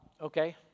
Okay